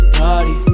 party